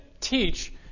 teach